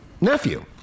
nephew